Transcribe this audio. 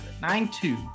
Nine-two